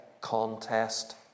contest